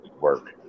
work